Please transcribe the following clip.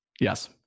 Yes